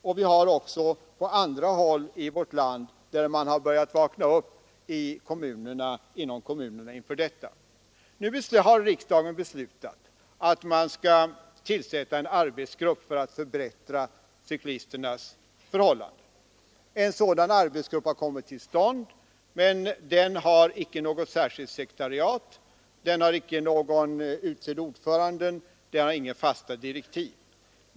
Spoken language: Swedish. Även på andra håll i vårt land har man i det avseendet nu börjat vakna upp inom kommunerna. cyklisternas förhållanden, och en sådan arbetsgrupp har också kommit till stånd. Men den har inte något sekretariat, den har inte någon utsedd ordförande och inga fasta direktiv.